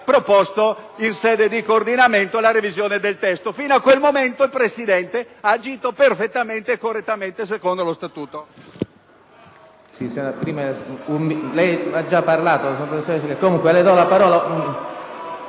proposta, in sede di coordinamento, la revisione del testo. Fino a quel momento, il Presidente ha agito perfettamente e correttamente secondo il Regolamento.